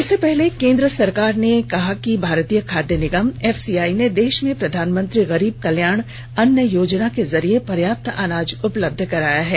इससे पहले केन्द्र सरकार ने कहा है कि भारतीय खाद्य निगम एफसीआई ने देश में प्रधानमंत्री गरीब कल्याण अन्न योजना के जरिये पर्याप्त अनाज उपलब्ध कराया है